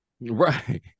Right